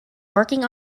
working